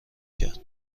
کرد